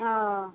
हँ